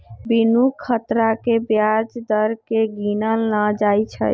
बिनु खतरा के ब्याज दर केँ गिनल न जाइ छइ